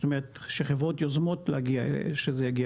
זאת אומרת שחברות יוזמות שזה יגיע.